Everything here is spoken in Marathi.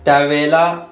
त्यावेळेला